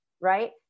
right